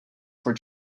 for